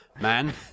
man